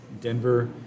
Denver